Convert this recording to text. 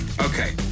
Okay